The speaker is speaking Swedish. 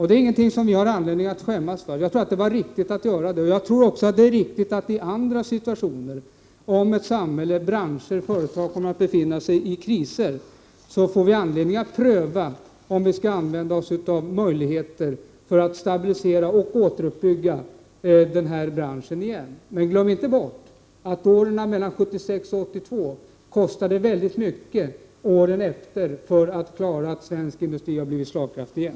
Det är ingenting som vi har anledning att skämmas för. Jag tror att det var riktigt att göra på det sättet. Jag tror också att det är riktigt att i andra situationer när ett samhälle, en bransch eller ett företag befinner sig i kris, pröva om vi skall använda oss av möjligheter till stabilisering och återuppbyggnad. Glöm dock inte bort att åren 1976-1982 medförde mycket stora kostnader för de följande åren för att svensk industri skulle bli slagkraftig igen.